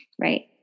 Right